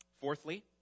Fourthly